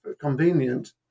convenient